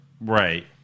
Right